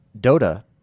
Dota